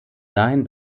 dahin